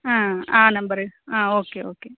ಹಾಂ ಆ ನಂಬರಿಗೆ ಹಾಂ ಓಕೆ ಓಕೆ